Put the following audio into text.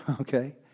okay